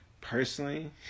Personally